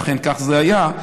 ואכן כך זה היה,